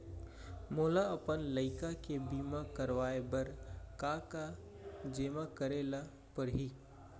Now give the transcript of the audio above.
मोला अपन लइका के बीमा करवाए बर का का जेमा करे ल परही?